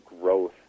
growth